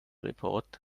report